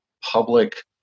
public